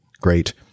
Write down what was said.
great